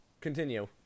Continue